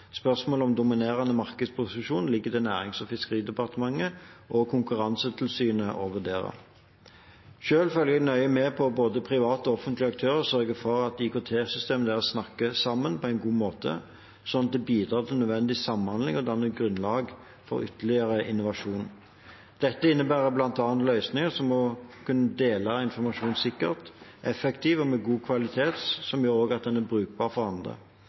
Spørsmålet om dominerende markedsposisjon ligger til Nærings- og fiskeridepartementet og til Konkurransetilsynet å vurdere. Selv følger jeg nøye med på både private og offentlige aktører og sørger for at IKT-systemene deres snakker sammen på en god måte, slik at det bidrar til nødvendig samhandling og danner grunnlag for ytterligere innovasjon. Dette innebærer bl.a. løsninger som må kunne dele informasjon sikkert, effektivt og med god kvalitet, som også gjør at den er brukbar for andre.